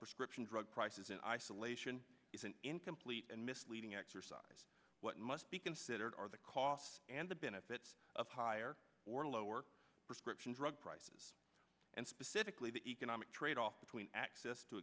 prescription drug prices in isolation is an incomplete and misleading exercise what must be considered are the costs and the benefits of higher or lower prescription drug prices and specifically the economic trade off between access to